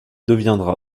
deviendra